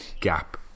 gap